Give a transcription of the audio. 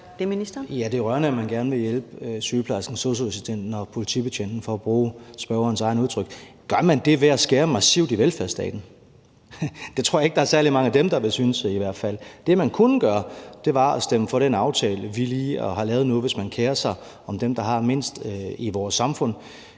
det er rørende, at man gerne vil hjælpe sygeplejersken, sosu-assistenten og politibetjenten, for at bruge spørgerens egne udtryk. Gør man det ved at skære massivt i velfærdsstaten? Det tror jeg ikke der er særlig mange af dem der vil synes i hvert fald. Det, man kunne gøre, var at stemme for den aftale, vi lige har lavet nu, hvis man kerer sig om dem, der har mindst i vores samfund.